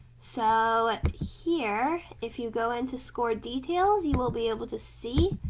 so here, if you go into score details you will be able to see